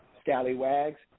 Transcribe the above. scallywags